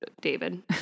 David